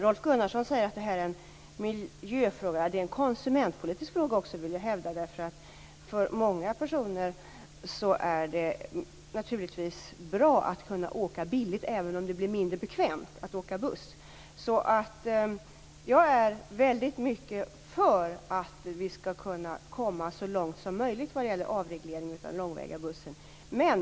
Rolf Gunnarsson säger att det här är en miljöfråga. Det är också en konsumentpolitisk fråga, vill jag hävda. För många personer är det naturligtvis bra att kunna åka billigt även om det blir mindre bekvämt att åka buss. Jag är väldigt mycket för att vi skall kunna komma så långt som möjligt vad gäller avregleringen av den långväga busstrafiken.